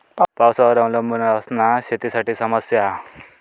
पावसावर अवलंबून असना शेतीसाठी समस्या हा